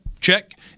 check